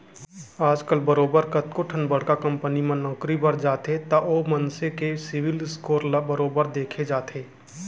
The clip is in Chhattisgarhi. आजकल बरोबर कतको ठन बड़का कंपनी म नौकरी बर जाबे त ओ मनसे के सिविल स्कोर ल बरोबर देखे जाथे